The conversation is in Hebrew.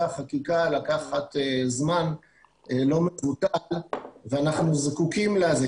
החקיקה לקחת זמן לא מבוטל ואנחנו זקוקים לזה.